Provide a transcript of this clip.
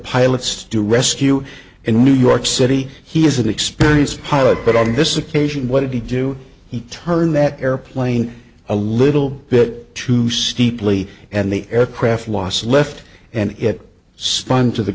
pilots to rescue in new york city he is an experienced pilot but on this occasion what did he do he turned that airplane a little bit too steeply and the aircraft loss left and it spun to the